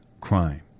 crime